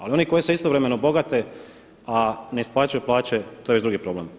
Ali oni koji se istovremeno bogate, a ne isplaćuju plaće to je već drugi problem.